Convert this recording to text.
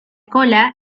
cola